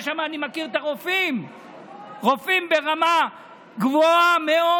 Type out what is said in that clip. יש שם רופאים ברמה גבוהה מאוד,